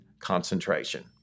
concentration